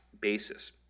basis